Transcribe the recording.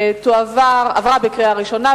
עברה בקריאה ראשונה,